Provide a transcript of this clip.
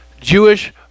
Jewish